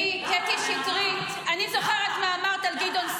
אחרי ששמענו את זאת שנגד,